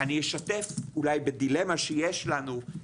אני אשתף אולי בדילמה שיש לנו,